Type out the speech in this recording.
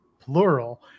plural